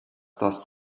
das